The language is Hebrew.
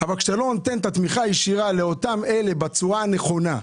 אבל כשאתה לא נותן את התמיכה הישירה לאותם אלה בצורה הנכונה,